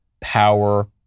power